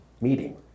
meeting